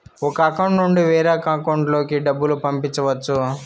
ఒక అకౌంట్ నుండి వేరొక అకౌంట్ లోకి డబ్బులు పంపించవచ్చు